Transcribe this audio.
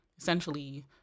essentially